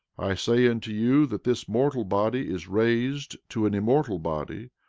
i say unto you that this mortal body is raised to an immortal body,